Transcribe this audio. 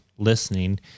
listening